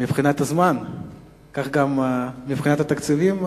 מבחינת הזמן, כך גם מבחינת התקציבים?